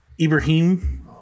Ibrahim